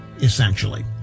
essentially